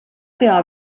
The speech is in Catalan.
que